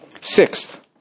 Sixth